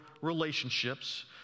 relationships